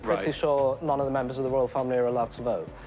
pretty sure none of the members of the royal family are allowed to vote.